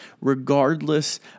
regardless